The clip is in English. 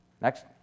Next